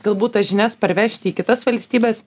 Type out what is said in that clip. galbūt tas žinias parvežti į kitas valstybes